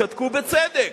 שתקו בצדק,